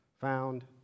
found